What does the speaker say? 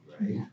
right